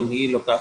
גם היא לוקחת,